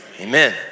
Amen